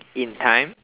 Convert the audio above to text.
in time